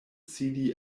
sidi